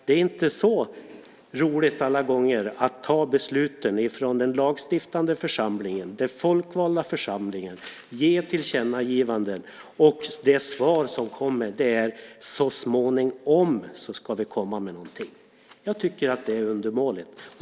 Det är inte så roligt när den lagstiftande församlingen, den folkvalda församlingen, gör ett tillkännagivande och får svaret: Så småningom ska vi komma med något. Jag tycker att det är undermåligt!